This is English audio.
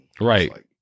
Right